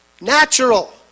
Natural